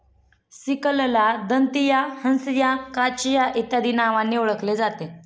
सिकलला दंतिया, हंसिया, काचिया इत्यादी नावांनी ओळखले जाते